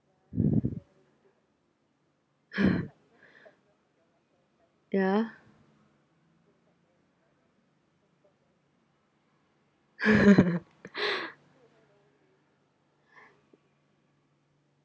yeah